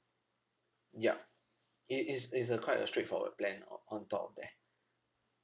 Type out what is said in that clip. yup it is is a quite a straightforward plan ah o~ on top of there